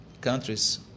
countries